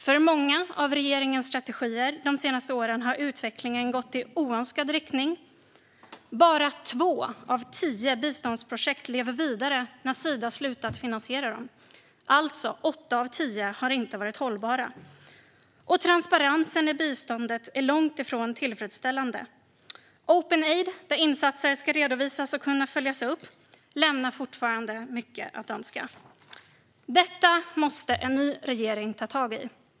För många av regeringens strategier de senaste åren har utvecklingen gått i oönskad riktning. Bara två av tio biståndsprojekt lever vidare när Sida slutat finansiera dem. Det är alltså åtta av tio som inte har varit hållbara. Transparensen i biståndet är långt ifrån tillfredställande. Openaid, där insatser ska redovisas och kunna följas upp, lämnar fortfarande mycket att önska. Detta måste en ny regering ta tag i.